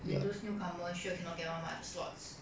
then those newcomer sure cannot get [one] mah the slots